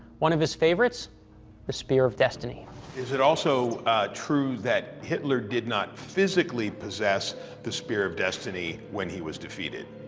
one of his favorites the spear of destiny. but is it also true that hitler did not physically possess the spear of destiny when he was defeated?